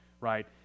right